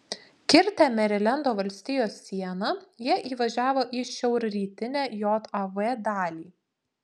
kirtę merilendo valstijos sieną jie įvažiavo į šiaurrytinę jav dalį